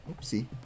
Oopsie